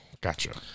gotcha